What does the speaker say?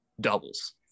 doubles